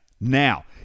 now